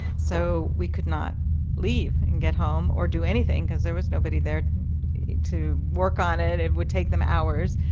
so we could not leave and get home or do anything, cuz there was nobody there to work on it. it would take them hours.